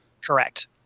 Correct